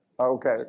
Okay